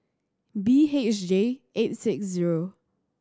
B H J eight six zero